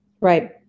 Right